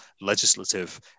legislative